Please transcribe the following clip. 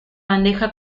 bandeja